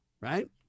Right